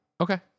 okay